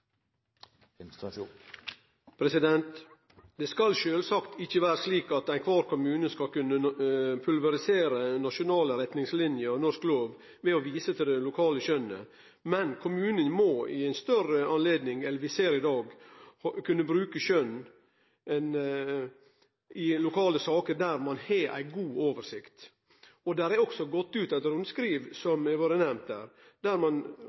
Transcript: Det skal sjølvsagt ikkje vere slik at alle kommunar skal kunne pulverisere nasjonale retningslinjer og norsk lov ved å vise til det lokale skjønnet. Men kommunane må i større grad enn vi ser i dag kunne bruke skjønn i lokale saker der ein har god oversikt. Det har også gått ut eit rundskriv, som har vore nemnt her, der ein